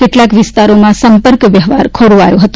કેટલાક વિસ્તારોમાં સંપર્ક વ્યવહાર ખોરવાયો હતો